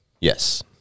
Yes